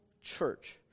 church